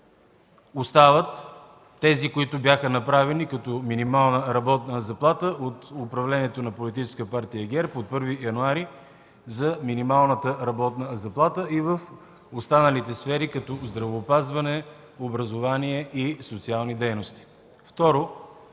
Остават тези, направени като минимална работна заплата от управлението на Политическа партия ГЕРБ от 1 януари за минималната работна заплата и в останалите сфери, като здравеопазване, образование и социални дейности.